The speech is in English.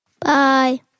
Bye